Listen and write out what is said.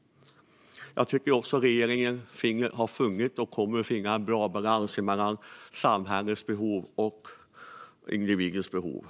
Regeringen har funnit och kommer att finna en bra balans mellan samhällets behov och individens behov.